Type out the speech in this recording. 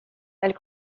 elle